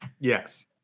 Yes